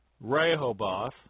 Rehoboth